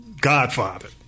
godfather